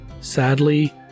sadly